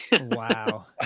Wow